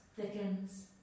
thickens